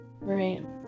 Right